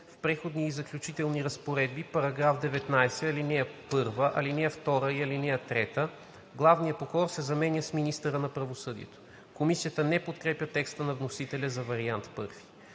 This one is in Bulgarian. В преходни и заключителни разпоредби § 19 ал. 1, ал. 2 и ал. 3 „главния прокурор“ се заменя с „министъра на правосъдието“.“ Комисията не подкрепя текста на вносителя за вариант I.